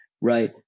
right